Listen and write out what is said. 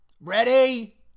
ready